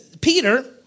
Peter